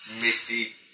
Misty